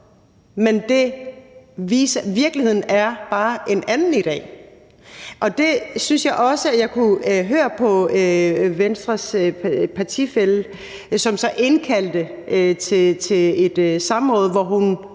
bedre. Men virkeligheden er bare en anden i dag. Det synes jeg også jeg kunne høre på Venstres ordførers partifælle, som indkaldte til et samråd, hvor hun